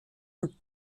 und